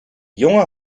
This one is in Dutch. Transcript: jongen